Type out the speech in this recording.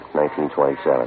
1927